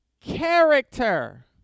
character